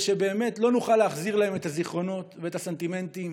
לא נוכל להחזיר להם את הזיכרונות ואת הסנטימנטים.